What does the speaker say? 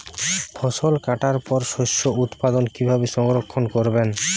ফসল কাটার পর শস্য উৎপাদন কিভাবে সংরক্ষণ করবেন?